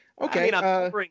Okay